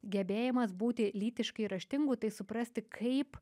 gebėjimas būti lytiškai raštingu tai suprasti kaip